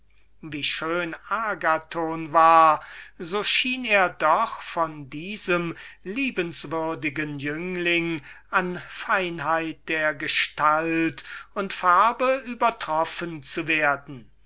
so schön als agathon war so schien er doch von diesem liebenswürdigen jüngling an feinheit der gestalt und farbe übertroffen zu werden